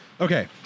Okay